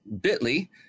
bit.ly